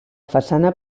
façana